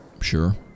Sure